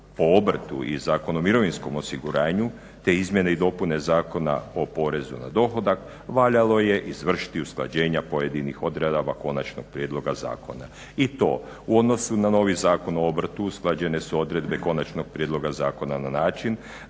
o obrtu i Zakona o mirovinskom osiguranju te izmjene i dopune Zakona o porezu na dohodak valjalo je izvršiti usklađenja pojedinih odredaba konačnog prijedloga zakona i to u odnosu na novi Zakon o obrtu usklađene su odredbe konačnog prijedloga zakona na način